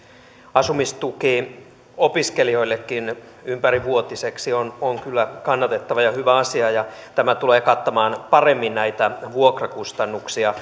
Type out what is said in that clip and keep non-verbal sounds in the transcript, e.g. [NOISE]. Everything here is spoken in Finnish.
asumistuki opiskelijoillekin ympärivuotiseksi on on kyllä kannatettava ja hyvä asia ja tämä tulee kattamaan paremmin näitä vuokrakustannuksia [UNINTELLIGIBLE]